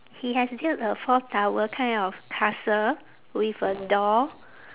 he has build a four tower kind of castle with a door